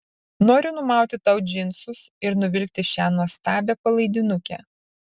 noriu numauti tau džinsus ir nuvilkti šią nuostabią palaidinukę